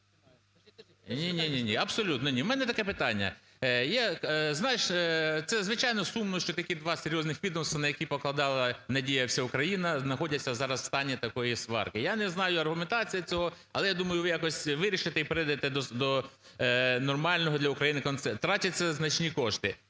Ні, ні, абсолютно ні. У мене таке питання. Знаєш, це, звичайно, сумно, що такі два серйозних відомства, на які покладала надію вся Україна, знаходяться зараз в стані такої сварки. Я не знаю аргументації цього, але я думаю, ви якось вирішите і прийдете до нормального для України консенсусу. Тратяться значні кошти.